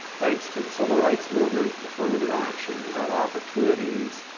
thanks to the civil rights movement, affirmative action, who had opportunities,